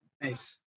Nice